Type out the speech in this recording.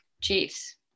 Chiefs